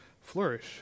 flourish